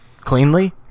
cleanly